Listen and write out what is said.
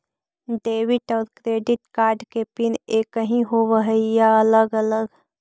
Debit और credit card के PIN एकही होव हइ या अलग अलग?